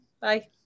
Bye